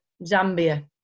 Zambia